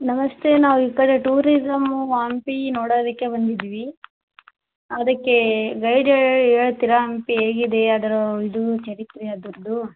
ನಮಸ್ತೇ ನಾವು ಈ ಕಡೆ ಟೂರಿಸಮ್ಮು ಹಂಪಿ ನೋಡೋದಕ್ಕೆ ಬಂದಿದ್ವಿ ಅದಕ್ಕೆ ಗೈಡ್ ಹೇಳ್ತೀರಾ ಹಂಪಿ ಹೇಗಿದೆ ಅದರ ಇದು ಚರಿತ್ರೆ ಅದರ್ದು